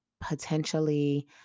potentially